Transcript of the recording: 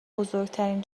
بزرگترین